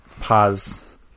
pause